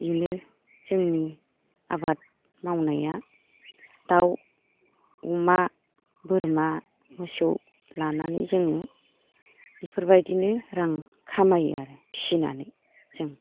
बेनो जोंनि आबाद मावनाया दाउ अमा बोरमा मोसौ लानानै जोङो इफोरबायदिनो रां खामायो आरो फिनानै जों